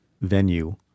venue